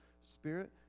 spirit